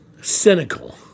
cynical